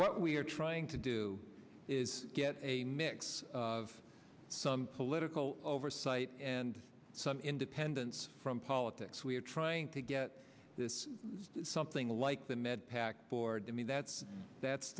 what we're trying to do is get a mix of some political oversight and some independence from politics we're trying to get this something like the med pac board i mean that's that's